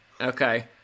Okay